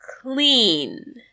clean